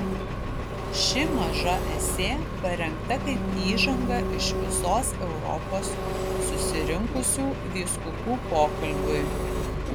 ši maža esė parengta kaip įžanga iš visos europos susirinkusių vyskupų pokalbiui